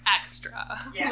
extra